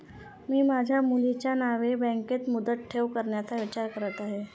मी माझ्या मुलीच्या नावे बँकेत मुदत ठेव करण्याचा विचार केला आहे